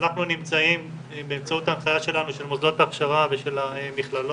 אנחנו נמצאים באמצעות ההנחייה שלנו של מוסדות ההכשרה ושל המכללות,